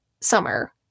summer